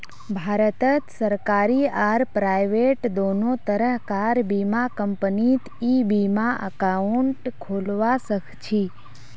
भारतत सरकारी आर प्राइवेट दोनों तरह कार बीमा कंपनीत ई बीमा एकाउंट खोलवा सखछी